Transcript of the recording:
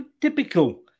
Typical